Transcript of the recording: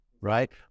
right